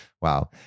Wow